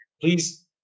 Please